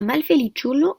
malfeliĉulo